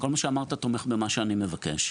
כל מה שאמרת תומך במה שאני מבקש.